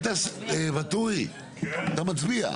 ואטורי, אתה מצביע?